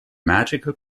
magical